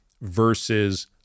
versus